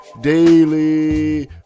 Daily